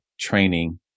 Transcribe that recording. training